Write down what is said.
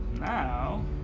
Now